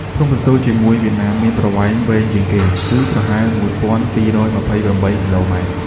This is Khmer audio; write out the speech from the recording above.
ព្រំប្រទល់ជាមួយវៀតណាមមានប្រវែងវែងជាងគេ គឺប្រហែល ១.២២៨ គីឡូម៉ែត្រ។